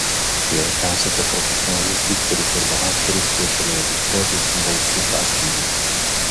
jei esate profesionalus diktorius arba aktorius kviečiame registruotis balsų kastingui